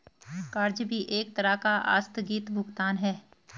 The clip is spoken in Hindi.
कर्ज भी एक तरह का आस्थगित भुगतान है